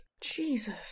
Jesus